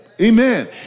Amen